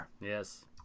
Yes